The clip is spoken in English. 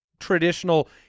traditional